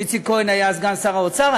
איציק כהן היה סגן שר האוצר,